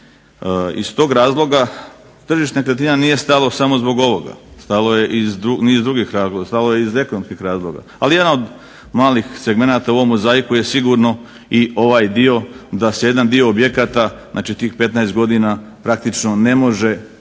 Iz tog razloga tržište nekretnina nije stalo samo zbog ovoga. Stalo je i iz niz drugih razloga. Stalo je iz ekonomskih razloga. Ali jedan od malih segmenata u ovom mozaiku je sigurno i ovaj dio da se jedan dio objekata, znači tih 15 godina praktično ne može pravno